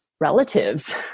relatives